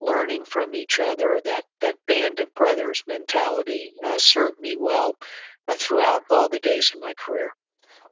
learning from each other and that band of brothers mentality ah served me well throughout all the days of my career